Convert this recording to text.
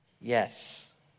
Yes